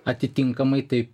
atitinkamai taip